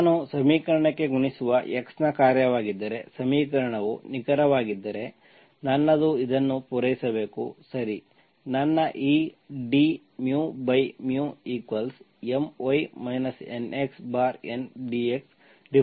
ನಾನು ಸಮೀಕರಣಕ್ಕೆ ಗುಣಿಸುವ x ನ ಕಾರ್ಯವಾಗಿದ್ದರೆ ಸಮೀಕರಣವು ನಿಖರವಾಗಿದ್ದರೆ ನನ್ನದು ಇದನ್ನು ಪೂರೈಸಬೇಕು ಸರಿ ನನ್ನ ಈ dμMy NxN dx ಡಿಫರೆನ್ಷಿಯಲ್ ಸಮೀಕರಣವನ್ನು ಪೂರೈಸಬೇಕು